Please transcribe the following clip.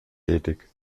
tätig